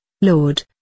Lord